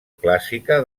clàssica